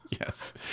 Yes